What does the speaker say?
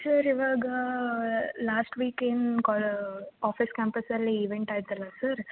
sir ಇವಾಗ last week ಏನು call office ಕ್ಯಾಂಪಸಲ್ಲಿ ಈವೆಂಟ್ ಆಯ್ತಲ್ಲ ಸರ್